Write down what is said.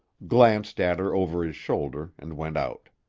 glanced at her over his shoulder, and went out.